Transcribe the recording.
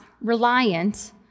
reliant